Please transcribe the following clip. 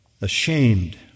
ashamed